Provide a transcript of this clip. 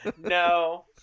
No